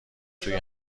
توی